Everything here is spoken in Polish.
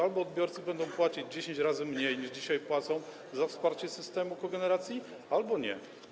Albo odbiorcy będą płacić 10 razy mniej, niż dzisiaj płacą, za wsparcie systemu kogeneracji, albo nie.